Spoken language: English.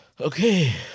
Okay